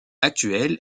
actuel